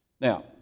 Now